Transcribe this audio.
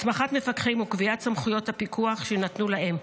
הסמכת מפקחים וקביעת סמכויות הפיקוח שיינתנו להם,